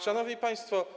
Szanowni Państwo!